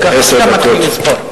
עכשיו מתחילים לספור.